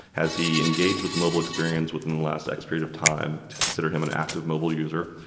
has he engaged with the mobile experience within the last x-period of time to consider him an active mobile user?